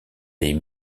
des